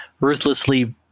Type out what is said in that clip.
ruthlessly